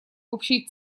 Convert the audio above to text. общей